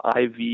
IV